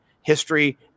history